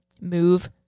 move